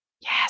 Yes